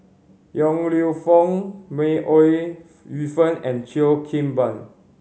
Yong Lew Foong May Ooi Yu Fen and Cheo Kim Ban